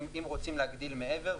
אם רוצים להגדיל מעבר,